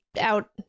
out